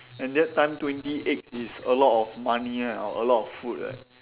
and that time twenty eggs is a lot of money ah or a lot of food right